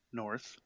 north